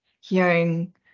hearing